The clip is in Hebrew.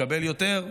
לקבל יותר,